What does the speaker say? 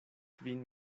kvin